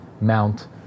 mount